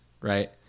right